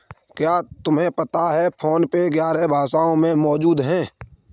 क्या तुम्हें पता है फोन पे ग्यारह भाषाओं में मौजूद है?